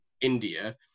India